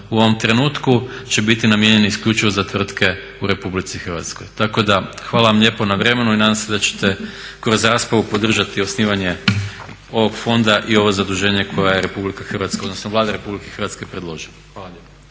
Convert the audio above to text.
u ovom trenutku će biti namijenjen isključivo za tvrtke u Republici Hrvatskoj. Tako da, hvala vam lijepo na vremenu i nadam se da ćete kroz raspravu podržati osnivanje ovog fonda i ovo zaduženje koje je Republika Hrvatska odnosno Vlada Republike Hrvatske predložila. Hvala.